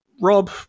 Rob